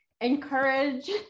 encourage